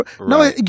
no